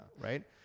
right